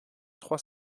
trois